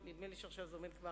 כאשר אתה עושה תקציב דו-שנתי,